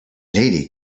lady